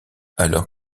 alors